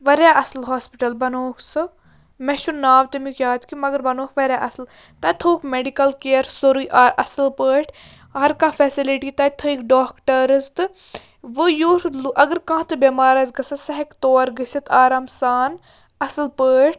واریاہ اصٕل ہاسپِٹَل بَنووُکھ سُہ مےٚ چھُنہٕ ناو تَمیُک یاد کیٚنٛہہ مگر بَنووُکھ واریاہ اصٕل تَتہِ تھٲوُکھ میٚڈِکٕل کِیر سورُے اصٕل پٲٹھۍ ہَر کانٛہہ فیسَلٹی تَتہِ تھٲیِکھ ڈاکٹٲرٕز تہٕ وۄنۍ اگر کانٛہہ تہِ بیٚمار آسہِ گَژھان سُہ ہیٚکہِ تور گٔژھِتھ آرام سان اصٕل پٲٹھۍ